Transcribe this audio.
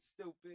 Stupid